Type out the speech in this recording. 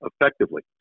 effectively